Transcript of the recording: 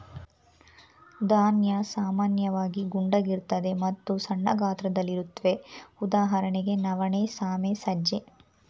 ಧಾನ್ಯ ಸಾಮಾನ್ಯವಾಗಿ ಗುಂಡಗಿರ್ತದೆ ಮತ್ತು ಸಣ್ಣ ಗಾತ್ರದಲ್ಲಿರುತ್ವೆ ಉದಾಹರಣೆಗೆ ನವಣೆ ಸಾಮೆ ಸಜ್ಜೆ